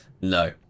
No